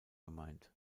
gemeint